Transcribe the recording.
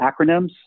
acronyms